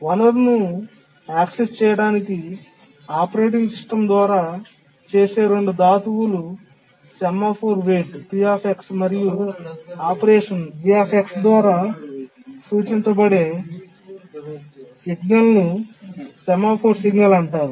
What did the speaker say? వనరును ప్రాప్తి చేయడానికి ఆపరేటింగ్ సిస్టమ్ సరఫరా చేసే రెండు ధాతువులు సెమాఫోర్ వెయిట్ P మరియు ఆపరేషన్ V ద్వారా సూచించబడే సిగ్నల్ ను సెమాఫోర్ సిగ్నల్ అంటారు